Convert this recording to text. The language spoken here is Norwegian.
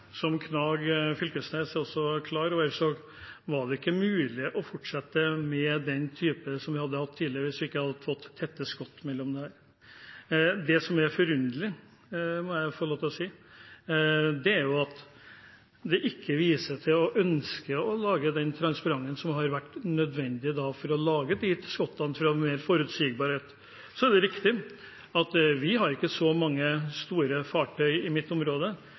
Som representanten Knag Fylkesnes også er klar over, hadde det ikke vært mulig å fortsette med den typen som vi hadde tidligere, hvis vi ikke hadde fått tette skott mellom disse. Det som er forunderlig, må jeg få lov til å si, er at man ikke ønsker å lage den transparensen som har vært nødvendig for å tette de skottene for å få forutsigbarhet. Det er riktig at vi ikke har så mange store fartøy i mitt område.